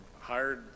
hired